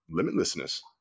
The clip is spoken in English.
limitlessness